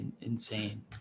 insane